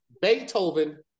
Beethoven